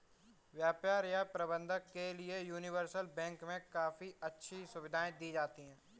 व्यापार या प्रबन्धन के लिये यूनिवर्सल बैंक मे काफी अच्छी सुविधायें दी जाती हैं